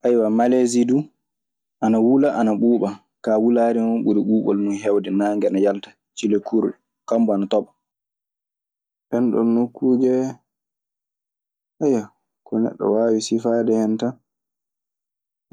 malesi dun ana wula ana ɓuuba, ka wulare mun ɓuri ɓubol mun hewde, nage ana yalta cille kurɗe, kammu ana tooɓa. Ɗenɗon nokkuuje, ko neɗɗo waawi sifaade hen tan,